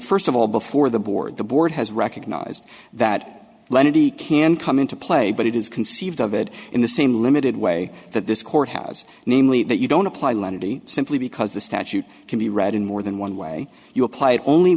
first of all before the board the board has recognized that lenity can come into play but it is conceived of it in the same limited way that this court house namely that you don't apply lenity simply because the statute can be read in more than one way you apply it only